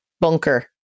bunker